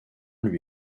lui